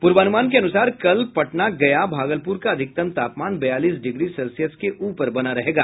पूर्वानुमान के अनुसार कल पटना गया भागलपुर का अधिकतम तापमान बयालीस डिग्री सेल्सियस के ऊपर बना रहेगा